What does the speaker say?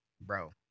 bro